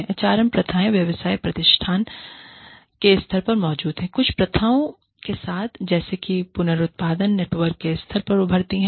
HRM प्रथाएं व्यवसाय प्रतिष्ठान के स्तर पर मौजूद हैं कुछ प्रथाओं के साथ जैसे कि पुनरुत्पादन नेटवर्क के स्तर पर उभरती हैं